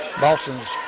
Boston's